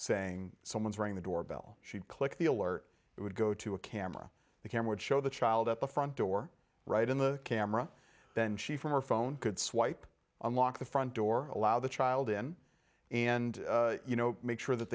saying someone's ring the doorbell she'd click the alert it would go to a camera the cam would show the child at the front door right in the camera then she from her phone could swipe unlock the front door allow the child in and you know make sure that